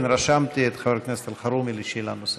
כן, רשמתי את חבר הכנסת אלחרומי לשאלה נוספת.